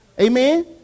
Amen